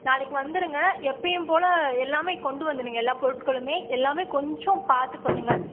நாளைக்கு வந்துடுங்க எப்போயும் போல எல்லாமே கொண்டு வந்துடுங்க எல்லாம் பொருட்களுமே எல்லாமே கொஞ்சம் பார்த்து பண்ணுங்கள்